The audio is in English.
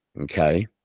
okay